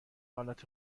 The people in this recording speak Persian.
حالت